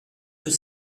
que